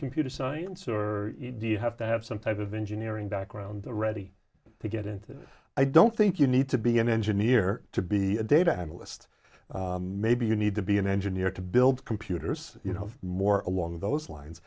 computer science or do you have to have some type of engineering background ready to get into i don't think you need to be an engineer to be a data analyst maybe you need to be an engineer to build computers you know more along those lines